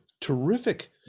terrific